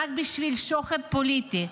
רק בשביל שוחד פוליטי,